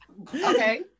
okay